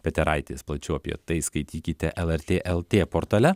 peteraitis plačiau apie tai skaitykite lrt lt portale